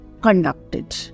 conducted